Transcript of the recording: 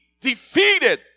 defeated